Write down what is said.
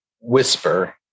whisper